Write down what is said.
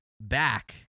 back